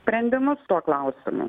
sprendimus tuo klausimu